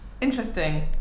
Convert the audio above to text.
Interesting